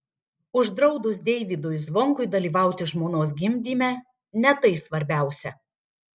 uždraudus deivydui zvonkui dalyvauti žmonos gimdyme ne tai svarbiausia